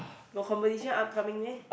got competition upcoming meh